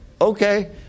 Okay